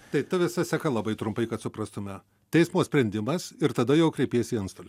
tai ta visa seka labai trumpai kad suprastume teismo sprendimas ir tada jau kreipiesi į antstolį